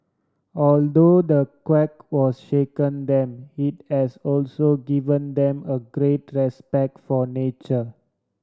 although the quake was shaken them it has also given them a great respect for nature